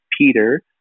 Peter